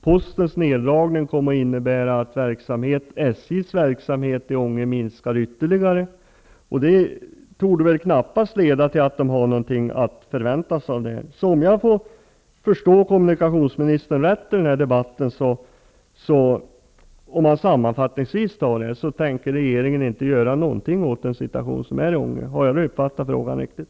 Postens neddragning kommer att innebära att SJ:s verksamhet i Ånge minskar ytterligare, och det torde väl knappast leda till att man har någonting att se fram emot. Sammanfattningsvis: Om jag förstår rätt tänker regeringen inte göra någonting åt situationen i Ånge. Har jag uppfattat det hela riktigt?